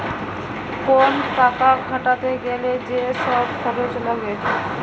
কোন টাকা খাটাতে গ্যালে যে সব খরচ লাগে